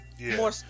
More